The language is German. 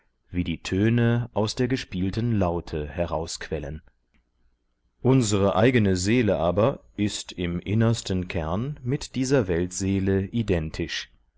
wie die töne aus der gespielten laute herausquellen unsere eigene seele aber ist im innersten kern mit dieser weltseele identisch